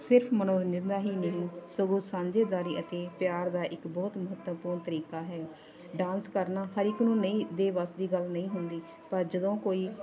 ਸਿਰਫ ਮਨੋਰੰਜਨ ਦਾ ਹੀ ਨਹੀਂ ਸਗੋਂ ਸਾਂਝੇਦਾਰੀ ਅਤੇ ਪਿਆਰ ਦਾ ਇੱਕ ਬਹੁਤ ਮਹੱਤਵਪੂਰਨ ਤਰੀਕਾ ਹੈ ਡਾਂਸ ਕਰਨਾ ਹਰ ਇੱਕ ਨੂੰ ਨਹੀਂ ਦੇ ਵੱਸ ਦੀ ਗੱਲ ਨਹੀਂ ਹੁੰਦੀ ਪਰ ਜਦੋਂ ਕੋਈ